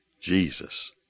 Jesus